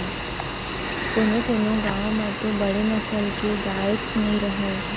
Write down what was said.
कोनों कोनों गॉँव म तो बड़े नसल के गायेच नइ रहय